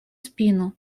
спину